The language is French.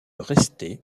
rester